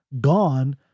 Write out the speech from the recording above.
gone